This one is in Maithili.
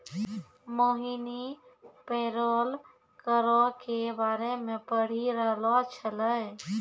मोहिनी पेरोल करो के बारे मे पढ़ि रहलो छलै